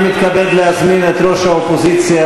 אני מתכבד להזמין את ראש האופוזיציה,